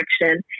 direction